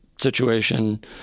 situation